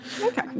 Okay